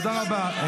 תודה רבה.